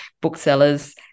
booksellers